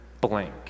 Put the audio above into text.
blank